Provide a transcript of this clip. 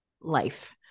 life